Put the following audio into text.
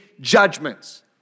judgments